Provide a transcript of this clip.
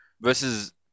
Versus